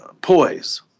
poise